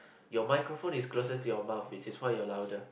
your microphone is closer to your mouth is it why you're louder